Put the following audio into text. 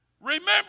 Remember